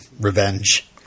revenge